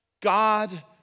God